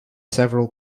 several